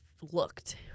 looked